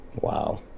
Wow